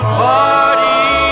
party